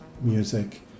music